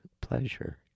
pleasure